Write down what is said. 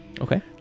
Okay